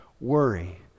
worry